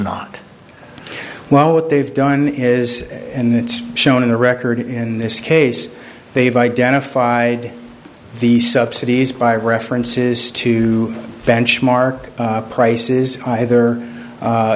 not well what they've done is and it's shown in the record in this case they've identified the subsidies by references to benchmark prices either